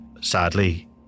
sadly